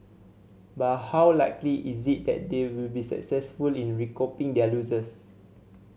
but how likely is it that they will be successful in recouping their losses